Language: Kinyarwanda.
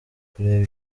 kureba